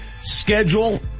Schedule